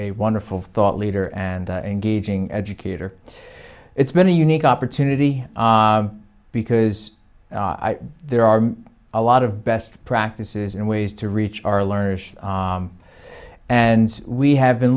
a wonderful thought leader and engaging educator it's been a unique opportunity because there are a lot of best practices and ways to reach our learners and we have been